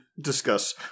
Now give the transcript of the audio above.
discuss